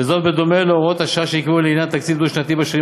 וזאת בדומה להוראות השעה שנקבעו לעניין תקציב דו-שנתי בשנים